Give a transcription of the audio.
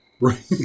Right